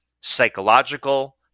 psychological